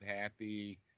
happy